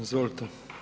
Izvolite.